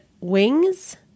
wings